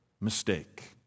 mistake